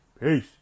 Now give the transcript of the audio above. Peace